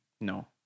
no